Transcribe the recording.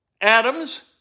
Adams